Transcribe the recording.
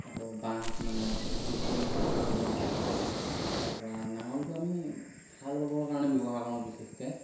আকৌ বাঁহ মানে যোগ কৰি নাঙলটো বনোৱা হয় তাৰ পৰা নাঙলটো আমি হাল বাবৰ কাৰণে ব্যৱহাৰ কৰোঁ বিশেষকৈ